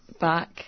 back